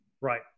Right